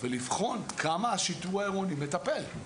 ולבחון כמה השיטור העירוני מטפל.